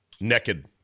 naked